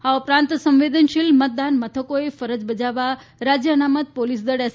આ ઉપ રાંત સંવેદનશીલ મતદાન મથકોએ ફરજ બજાવવા રાજ્ય અનામત ાોલીસદળ એસ